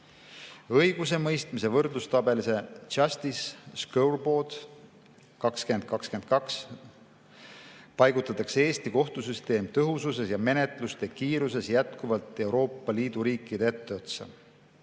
Õigusemõistmise võrdlustabelis Justice Scoreboard 2022 paigutatakse Eesti kohtusüsteem tõhususes ja menetluste kiiruses jätkuvalt Euroopa Liidu riikide etteotsa.